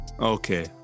Okay